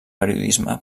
periodisme